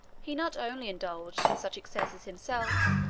he not only indulged in such excesses himself,